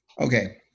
Okay